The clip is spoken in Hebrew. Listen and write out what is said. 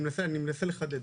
אני אנסה לחדד,